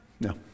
no